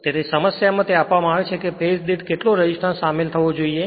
તેથી સમસ્યામાં તે આપવામાં આવે છે કે ફેજ દીઠ કેટલો રેસિસ્ટન્સ શામેલ થવો જોઈએ